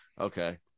Okay